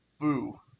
Boo